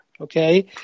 Okay